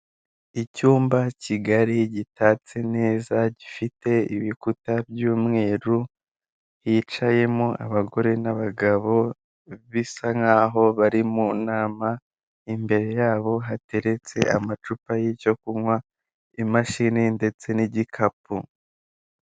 Icyumba kigari gitatse neza gifite ibikuta by'umweru, hicayemo abagore n'abagabo bisa nk'aho bari mu nama, imbere yabo hateretse amacupa y'icyo kunywa, imashini ndetse n'igikapu.